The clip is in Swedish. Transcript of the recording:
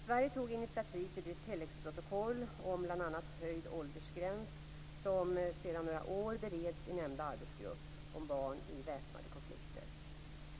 Sverige tog initiativ till det tilläggsprotokoll om bl.a. höjd åldersgräns som sedan några år bereds i nämnda arbetsgrupp om barn i väpnade konflikter.